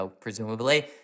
presumably